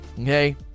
okay